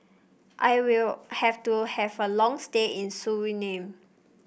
I will have to have a long stay in Suriname